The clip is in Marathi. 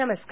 नमस्कार